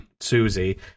Susie